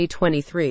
2023